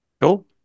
Cool